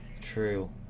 True